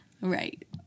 Right